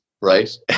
right